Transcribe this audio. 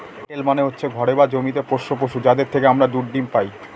cattle মানে হচ্ছে ঘরে বা জমিতে পোষ্য পশু, যাদের থেকে আমরা ডিম দুধ পায়